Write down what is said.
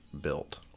built